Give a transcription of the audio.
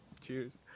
Cheers